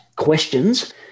questions